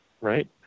right